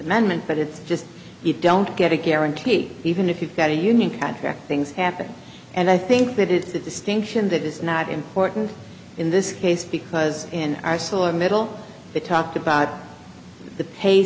amendment but it's just you don't get a guarantee even if you've got a union contract things happen and i think that it's a distinction that is not important in this case because in our solar middle we talked about the pa